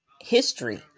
history